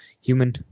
human